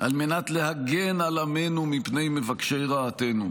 על מנת להגן על עמנו מפני מבקשי רעתנו,